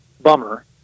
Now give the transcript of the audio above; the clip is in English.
bummer